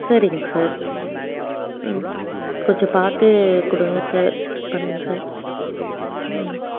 சரிங்க சார் ம் கொஞ்சம் பார்த்து கொடுங்க சார் பண்ணுங்க சார் ம்